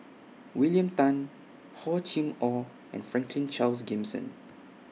William Tan Hor Chim Or and Franklin Charles Gimson